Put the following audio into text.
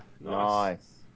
Nice